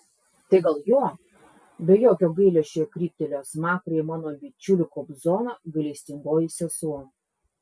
tai gal jo be jokio gailesčio kryptelėjo smakrą į mano bičiulį kobzoną gailestingoji sesuo